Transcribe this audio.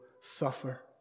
suffer